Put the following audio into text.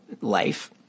life